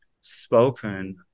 spoken